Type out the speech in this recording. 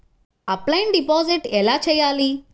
Offline deposit ఎలా చేయాలి?